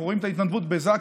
אנחנו רואים את ההתנדבות בזק"א,